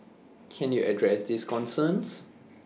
can you address these concerns